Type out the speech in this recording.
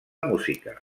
música